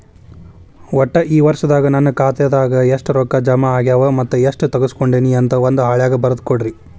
ಒಟ್ಟ ಈ ವರ್ಷದಾಗ ನನ್ನ ಖಾತೆದಾಗ ಎಷ್ಟ ರೊಕ್ಕ ಜಮಾ ಆಗ್ಯಾವ ಮತ್ತ ಎಷ್ಟ ತಗಸ್ಕೊಂಡೇನಿ ಅಂತ ಒಂದ್ ಹಾಳ್ಯಾಗ ಬರದ ಕೊಡ್ರಿ